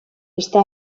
està